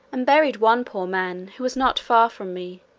and buried one poor man, who was not far from me